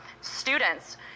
Students